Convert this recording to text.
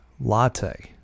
latte